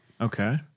Okay